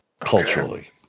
culturally